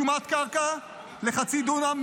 שומת קרקע לחצי דונם,